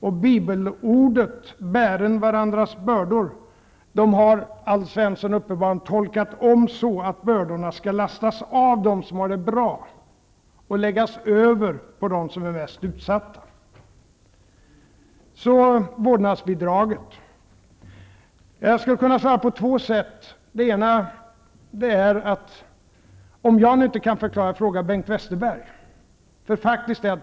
Det som står i Bibeln -- bären varandras bördor -- har Alf Svensson uppenbarligen tolkat om så, att bördorna skall lastas av dem som har det bra och läggas över på dem som är mest utsatta. Så vårdnadsbidraget. Jag skulle kunna uttrycka mig på två sätt. Det ena är: Om jag inte kan förklara, fråga då Bengt Westerberg.